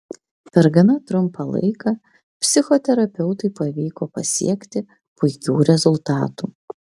per gana trumpą laiką psichoterapeutui pavyko pasiekti puikių rezultatų